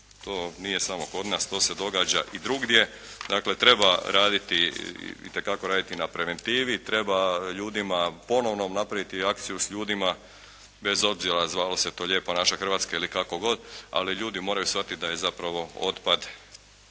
to nije samo kod nas. To se događa i drugdje. Dakle, treba raditi, itekako raditi na preventivi. Treba ljudima ponovno napraviti akciju s ljudima bez obzira zvalo se to “Lijepa naša Hrvatska“ ili kako god. Ali ljudi moraju shvatiti da je zapravo otpad